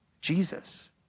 Jesus